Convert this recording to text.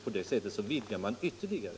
På det sättet vidgas registren ytterligare.